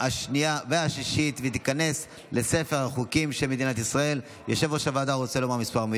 25 בעד, מי הסיר את הצבעתו?